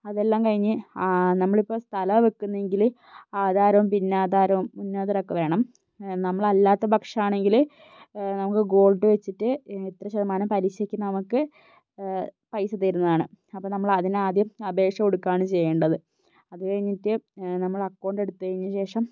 അതെല്ലാം കഴിഞ്ഞ് നമ്മളിപ്പോ സ്ഥലാണ് വെക്കുന്നതെങ്കില് ആധാരവും പിന്നാധാരവും മുന്നാധാരവും ഒക്കെ വേണം നമ്മൾ അല്ലാത്തപക്ഷാണെങ്കില് നമ്മൾ ഗോൾഡ് വെച്ചിട്ട് ഇത്ര ശതമാനം പലിശക്ക് നമുക്ക് പൈസ തരുന്നതാണ് അപ്പോ അതിനാദ്യം അപേക്ഷ കൊടുക്കാണ് ചെയ്യേണ്ടത് അത് കഴിഞ്ഞട്ട് നമ്മൾ അക്കൗണ്ട് എടുത്തതിന് ശേഷം